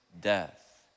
death